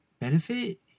benefit